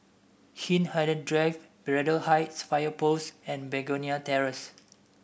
Hindhede Drive Braddell Heights Fire Post and Begonia Terrace